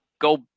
go